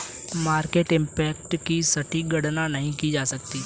market impact की सटीक गणना नहीं की जा सकती